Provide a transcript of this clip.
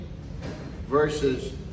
verses